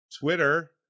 Twitter